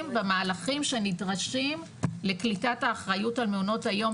במהלכים שנדרשים לקליטת האחריות על מעונות היום,